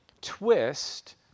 twist